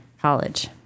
College